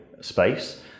space